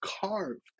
carved